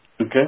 Okay